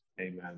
amen